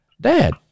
Dad